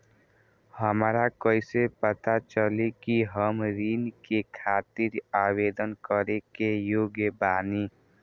हमरा कइसे पता चली कि हम ऋण के खातिर आवेदन करे के योग्य बानी?